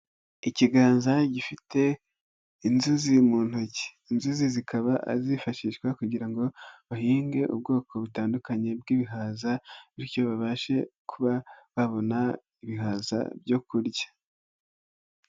Ikiganza gifite inzuzi mu ntoki, inzuzi zikaba zifashishwa kugira ngo bahinge ubwoko butandukanye bw'ibihaza, bityo babashe kuba babona ibihaza byo kurya.